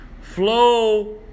flow